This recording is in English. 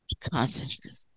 consciousness